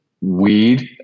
weed